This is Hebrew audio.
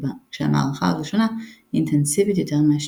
כשהמערכה הראשונה אינטנסיבית יותר מהשנייה.